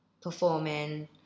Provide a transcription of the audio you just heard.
performing